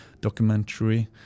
documentary